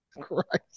Christ